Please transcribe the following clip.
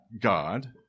God